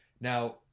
Now